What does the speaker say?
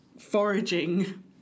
foraging